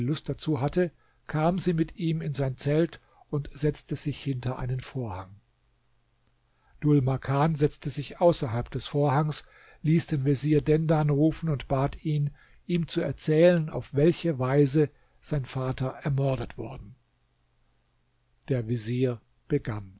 lust dazu hatte kam sie mit ihm in sein zelt und setzte sich hinter einen vorhang dhul makan setzte sich außerhalb des vorhangs ließ den vezier dendan rufen und bat ihn ihm zu erzählen auf welche weise sein vater ermordet worden der vezier begann